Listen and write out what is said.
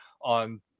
on